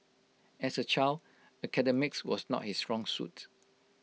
as A child academics was not his strong suit